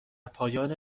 پایان